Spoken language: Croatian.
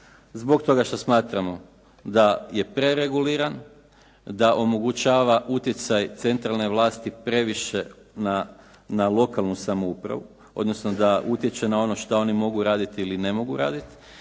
zbog toga što smatramo da je prereguliran, da omogućava utjecaj centralne vlasti previše na lokalnu samoupravu odnosno da utječe na ono što oni mogu raditi ili ne mogu radit,